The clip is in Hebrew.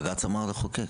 בג"צ אמר לחוקק.